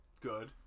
Good